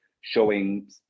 showing